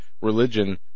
religion